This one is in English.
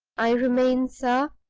i remain, sir,